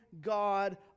God